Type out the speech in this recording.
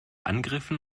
angriffen